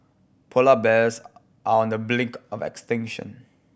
polar bears are on the brink of extinction